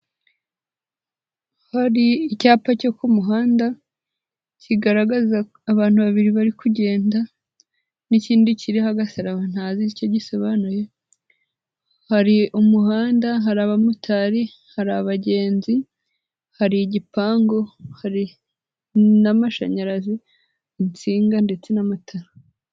Hari icyapa cyo ku muhanda, kigaragaza abantu babiri bari kugenda, n'ikindi kiri ha agabo ntazi gisobanuye, hari umuhanda, hari abamotari, hari abagenzi, hari igipangu, hari n'amashanyarazi insinga ndetse n'amatara.